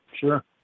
Sure